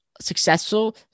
successful